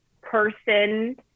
person